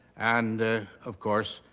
and of course,